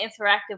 interactive